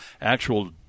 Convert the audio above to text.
actual